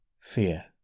fear